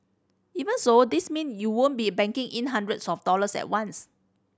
even so this mean you won't be banking in hundreds of dollars at once